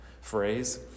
phrase